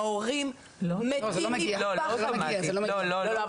ההורים מתים מפחד --- לא, זה לא מגיע.